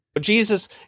Jesus